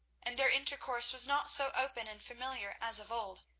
and their intercourse was not so open and familiar as of old.